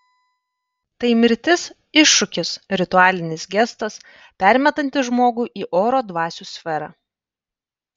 tai mirtis iššūkis ritualinis gestas permetantis žmogų į oro dvasių sferą